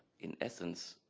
in essence,